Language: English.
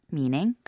meaning